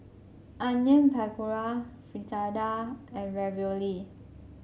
Onion Pakora Fritada and Ravioli